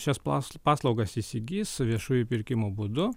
šias plas paslaugas įsigis viešųjų pirkimų būdu